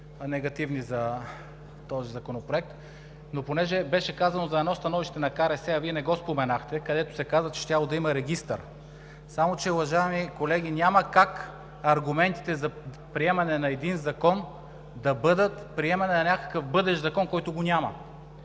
негативни за този законопроект. Беше казано за едно становище на КРС, а Вие не го споменахте, където се казва, че щяло да има регистър. Само че, уважаеми колеги, няма как аргументите за приемане на един закон да бъдат приемане на някакъв бъдещ закон, който го няма,